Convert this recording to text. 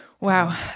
Wow